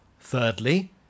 Thirdly